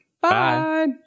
Bye